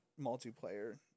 multiplayer